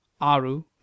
Aru